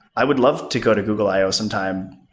i would love to go to google i o some time.